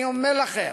אני אומר לכם,